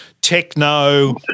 techno